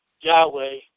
Yahweh